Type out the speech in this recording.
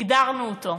הגדרנו אותו,